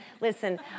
Listen